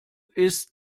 ist